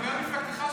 בבקשה.